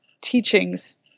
teachings